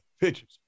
pictures